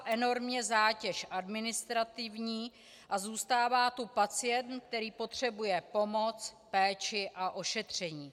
Enormně narostla zátěž administrativní a zůstává tu pacient, který potřebuje pomoc, péči a ošetření.